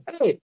Hey